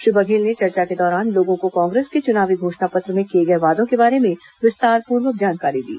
श्री बघेल ने चर्चा के दौरान लोगों को कांग्रेस के चुनावी घोषणा पत्र में किए गए वादों के बारे में विस्तारपूर्वक जानकारी दी